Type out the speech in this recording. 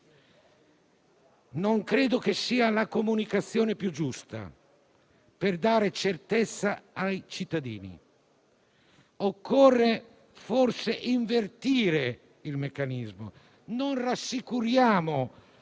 non credo che questa sia la comunicazione più giusta per dare certezza ai cittadini. Occorre forse invertire il meccanismo, rassicurando